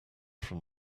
from